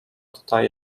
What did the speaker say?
tutaj